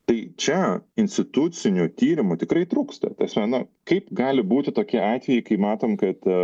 tai čia institucinių tyrimų tikrai trūksta ta prasme na kaip gali būti tokie atvejai kai matom kad